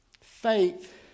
Faith